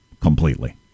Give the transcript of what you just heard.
completely